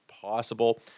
possible